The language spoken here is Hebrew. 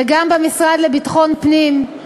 וגם במשרד לביטחון פנים.